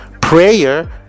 prayer